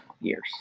years